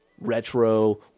retro